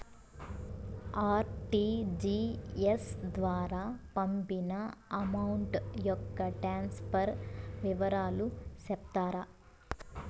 RTGS ద్వారా పంపిన amount యొక్క ట్రాన్స్ఫర్ వివరాలు సెప్తారా